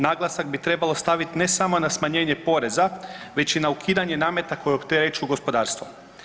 Naglasak bi trebalo staviti, ne samo na smanjenje poreza, već i na ukidanje nameta koji opterećuju gospodarstvo.